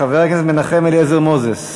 חבר הכנסת מנחם אליעזר מוזס,